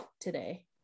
today